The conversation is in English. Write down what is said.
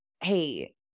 hey